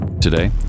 today